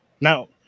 Now